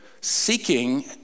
Seeking